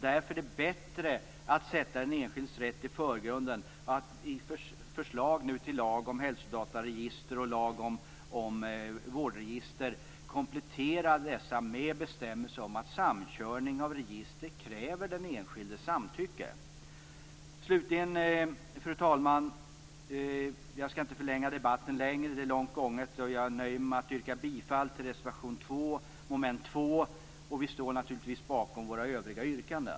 Därför är det bättre att sätta den enskildes rätt i förgrunden och att förslagen till lag om hälsodataregister och lag om vårdregister kompletteras med bestämmmelser om att samkörning av register kräver den enskildes samtycke. Fru talman! Jag skall inte förlänga debatten ytterligare. Jag nöjer mig med att yrka bifall till reservation 2 under mom. 2. Vi står naturligtvis bakom även våra övriga yrkanden.